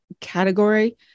category